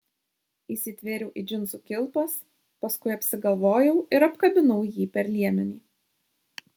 įsitvėriau į džinsų kilpas paskui apsigalvojau ir apkabinau jį per liemenį